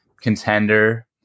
contender